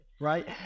right